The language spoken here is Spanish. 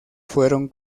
fueron